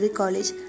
college